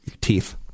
teeth